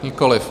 Nikoliv.